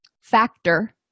factor